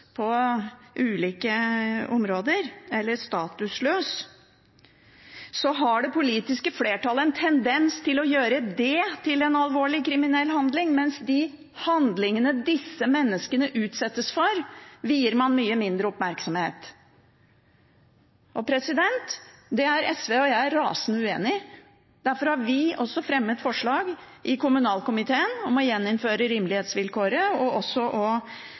på ulike områder – har det politiske flertallet en tendens til å gjøre det til en alvorlig kriminell handling, mens de handlingene disse menneskene utsettes for, vier man mye mindre oppmerksomhet. Det er SV og jeg rasende uenig i. Derfor har vi fremmet forslag i kommunalkomiteen om å gjeninnføre rimelighetsvilkåret og